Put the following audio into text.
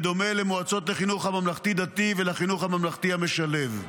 בדומה למועצות לחינוך הממלכתי-דתי ולחינוך הממלכתי המשלב,